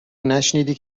نشنیدی